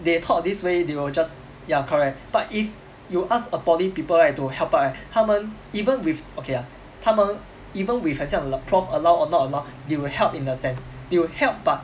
they were taught this way they will just ya correct but if you ask a poly people right to help out right 他们 even with okay lah 他们 even with 很像 prof allow or not allow they will help in a sense they will help but